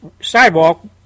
sidewalk